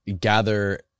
gather